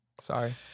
Sorry